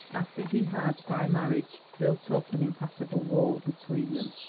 after he had, by marriage, built up an impassable wall between them.